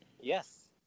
Yes